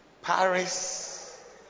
Paris